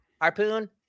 Harpoon